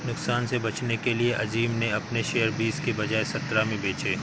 नुकसान से बचने के लिए अज़ीम ने अपने शेयर बीस के बजाए सत्रह में बेचे